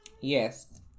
Yes